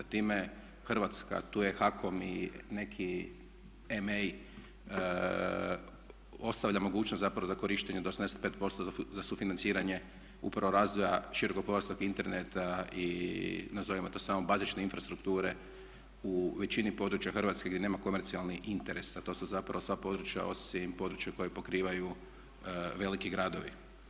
Time Hrvatska, tu je HAKOM i neki emei ostavlja mogućnost zapravo za korištenje do 85% za sufinanciranje upravo razvoja širokopojasnog interneta i nazovimo to samo bazične infrastrukture u većini područja Hrvatske gdje nema komercijalnih interesa, to su zapravo sva područja osim područja koja pokrivaju veliki gradovi.